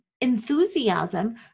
enthusiasm